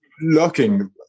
looking